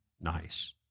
Nice